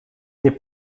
nie